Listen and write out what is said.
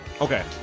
Okay